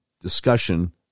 discussion